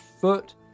foot